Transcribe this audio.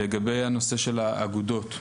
לגבי הנושא של האגודות,